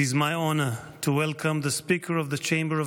It is my honor to welcome the Speaker of the Chamber of